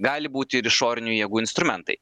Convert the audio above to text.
gali būti ir išoriniai jėgų instrumentai